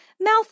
mouth